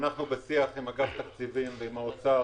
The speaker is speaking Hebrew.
אנחנו בשיח עם אגף תקציבים ועם האוצר.